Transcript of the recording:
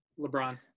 LeBron